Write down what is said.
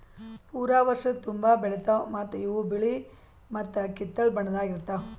ಪೂರಾ ವರ್ಷದ ತುಂಬಾ ಬೆಳಿತಾವ್ ಮತ್ತ ಇವು ಬಿಳಿ ಮತ್ತ ಕಿತ್ತಳೆ ಬಣ್ಣದಾಗ್ ಇರ್ತಾವ್